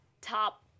top